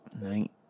night